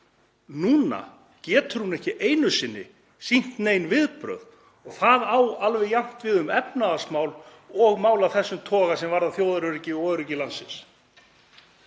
Núna getur hún ekki einu sinni sýnt nein viðbrögð og það á alveg jafnt við um efnahagsmál og mál af þessum toga, sem varðar þjóðaröryggi og öryggi landsins.